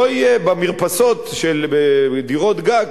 במרפסות בדירות גג,